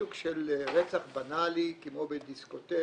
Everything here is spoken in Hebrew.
סוג של רצח בנאלי כמו בדיסקוטק